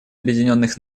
объединенных